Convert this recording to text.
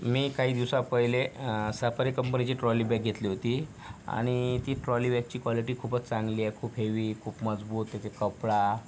मी काही दिवस पहिले सफारी कंपनीची ट्रॉलीबॅग घेतली होती आणि ती ट्रॉलीबॅगची कॉलीटी खूपच चांगली आहे खूप हेवी खूप मजबूत त्याचे कपडा